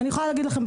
אני יכולה להגיד לכם,